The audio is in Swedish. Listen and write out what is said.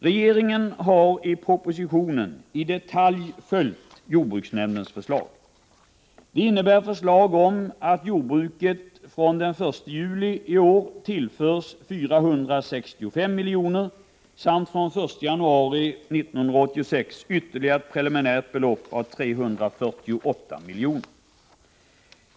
Regeringen har i propositionen i detalj följt jordbruksnämndens förslag. Det innebär förslag om att jordbruket från den 1 juli i år tillförs 465 miljoner samt från den 1 januari 1986 ytterligare ett preliminärt belopp på 348 miljoner.